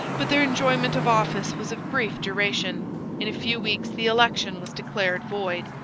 but their enjoyment of office was of brief duration in a few weeks the election was declared void,